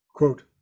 quote